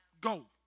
Go